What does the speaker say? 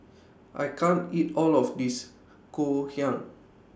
I can't eat All of This Ngoh Hiang